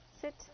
Sit